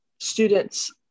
students